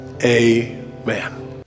Amen